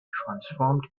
transformed